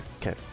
Okay